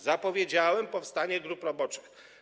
Zapowiedziałem powstanie grup roboczych.